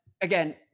again